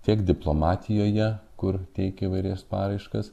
tiek diplomatijoje kur teikia įvairias paraiškas